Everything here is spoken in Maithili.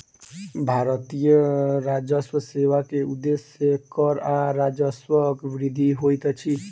भारतीय राजस्व सेवा के उदेश्य कर आ राजस्वक वृद्धि होइत अछि